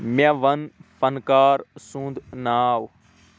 مےٚ ون فنکار سُند ناو